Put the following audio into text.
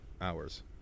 hours